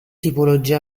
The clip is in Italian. tipologie